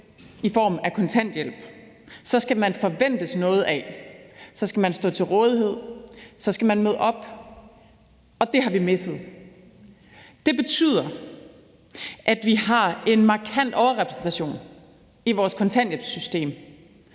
i form af kontanthjælp, så skal man forventes noget af, så skal man stå til rådighed, og så skal man møde op – og det har vi misset. Det betyder, at vi har en markant overrepræsentation i vores kontanthjælpssystem